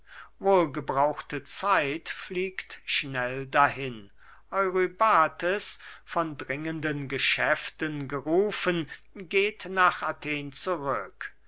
wohlgebrauchte zeit fliegt schnell dahin eurybates von dringenden geschäften gerufen geht nach athen zurück